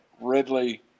Ridley